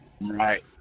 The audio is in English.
Right